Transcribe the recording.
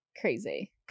Crazy